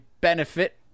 benefit